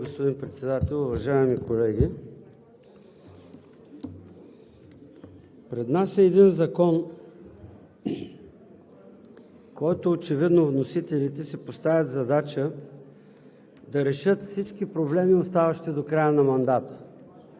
Уважаеми господин Председател, уважаеми колеги! Пред нас е един закон, с който очевидно вносителите си поставят задача да решат всички проблеми, оставащи до края на мандата